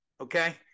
okay